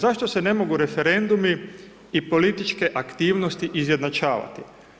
Zašto se ne mogu referendumi i političke aktivnosti izjednačavati?